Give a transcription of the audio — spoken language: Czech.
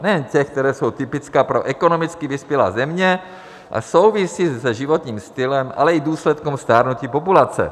Nejen těch, která jsou typická pro ekonomicky vyspělé země a souvisí se životním stylem, ale i důsledkem stárnutí populace.